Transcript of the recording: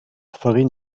farine